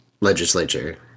legislature